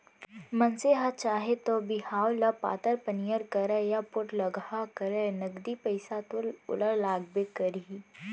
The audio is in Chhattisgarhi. मनसे ह चाहे तौ बिहाव ल पातर पनियर करय या पोठलगहा करय नगदी पइसा तो ओला लागबे करही